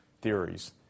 theories